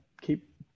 keep